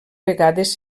vegades